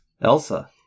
Elsa